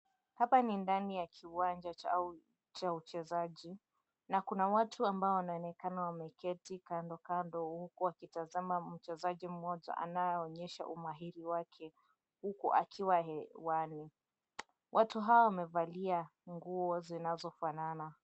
Hapa ni ndani ya kiwanja cha uchezaji na kuna watu ambao wanaonekana wameketi kando kando huku wakitazama mchezaji mmoja anayeonyesha umahiri wake, huku akiwa hewani. Watu hao wamevalia nguo zinazo fanana.